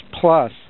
plus